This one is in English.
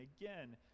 again